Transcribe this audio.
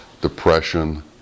Depression